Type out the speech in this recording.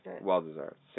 well-deserved